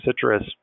citrus